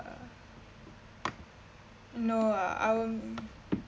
no ah I won't